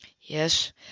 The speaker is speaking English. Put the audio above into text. Yes